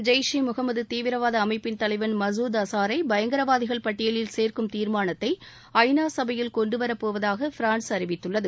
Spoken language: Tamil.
ஜெய்ஷே முகமது தீவிரவாத அமைப்பின் தலைவள் மசூத் அஸாரை பயங்கரவாதிகள் பட்டியலில் சேர்க்கும் தீர்மானத்தை ஐநா சபையில் கொண்டு வரப்போவதாக பிரான்ஸ் அறிவித்துள்ளது